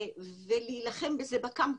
ולהילחם בזה בקמפוסים.